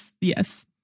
yes